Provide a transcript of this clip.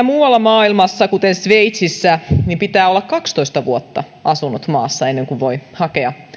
muualla maailmassa kuten sveitsissä pitää olla kaksitoista vuotta asunut maassa ennen kuin voi hakea